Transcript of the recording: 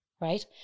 right